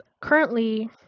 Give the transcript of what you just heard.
Currently